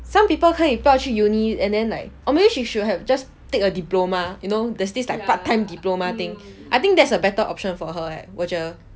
some people 可以不要去 uni and then like or maybe she should have just take a diploma you know there's this like part time diploma thing I think that's a better option for her eh 我觉得